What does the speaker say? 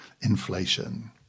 inflation